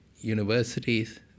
universities